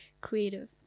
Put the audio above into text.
creative